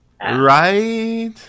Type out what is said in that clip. Right